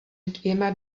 dvěma